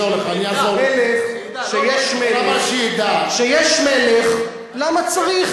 אני אעזור לך, אני אעזור לך, כשיש מלך, למה צריך